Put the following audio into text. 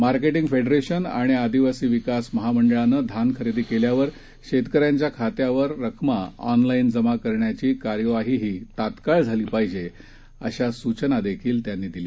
मार्केटिंगफेडरेशनआणिआदिवासीविकासमहामंडळानंधानखरेदीकेल्यावरशेतकऱ्यांच्याखात्यावररकमाऑन लाईनजमाकरण्याचीकार्यवाहीहीतात्काळझालीपाहिजे अशासूचनाहीत्यांनीदिल्या